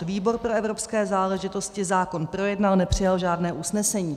Výbor pro evropské záležitosti zákon projednal, nepřijal žádné usnesení.